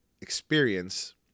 experience